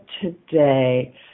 today